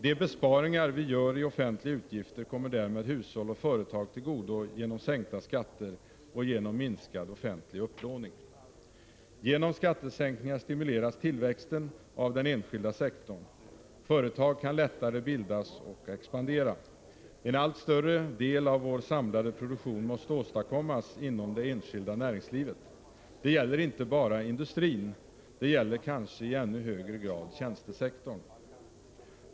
De besparingar vi gör i offentliga utgifter kommer därmed hushåll och företag till godo genom sänkta skatter och genom minskad offentlig upplåning. Genom skattesänkningar stimuleras tillväxten av den enskilda sektorn. Företag kan lättare bildas och expandera. En allt större del av vår samlade produktion måste åstadkommas inom det enskilda näringslivet. Det gäller inte bara industrin. Det gäller kanske i ännu högre grad tjänstesektorn.